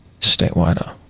statewide